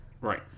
Right